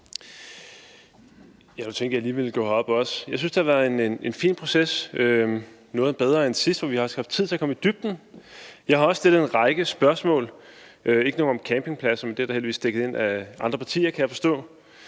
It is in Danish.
Jeg tænkte, at jeg lige ville gå herop også. Jeg synes, det har været en fin proces, noget bedre end sidst, hvor vi også har haft tid til at komme i dybden. Jeg har stillet en række spørgsmål – ikke nogen om campingpladser, men det er heldigvis dækket ind af andre partier, kan jeg forstå